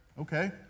okay